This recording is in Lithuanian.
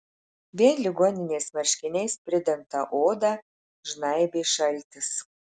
vien ligoninės marškiniais pridengtą odą žnaibė šaltis